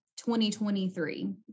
2023